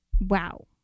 Wow